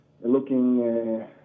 looking